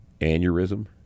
aneurysm